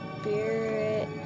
Spirit